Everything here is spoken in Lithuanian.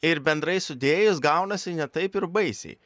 ir bendrai sudėjus gaunasi ne taip ir baisiai